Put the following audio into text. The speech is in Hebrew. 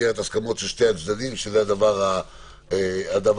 של שני הצדדים, שזה הדבר האמיתי.